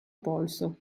polso